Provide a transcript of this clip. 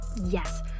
Yes